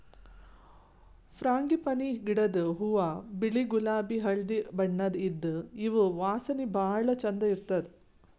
frangipani ಗಿಡದ್ ಹೂವಾ ಬಿಳಿ ಗುಲಾಬಿ ಹಳ್ದಿ ಬಣ್ಣದ್ ಇದ್ದ್ ಇವ್ ವಾಸನಿ ಭಾಳ್ ಛಂದ್ ಇರ್ತದ್